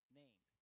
name